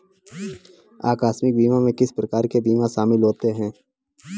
आकस्मिक बीमा में किस प्रकार के बीमा शामिल होते हैं?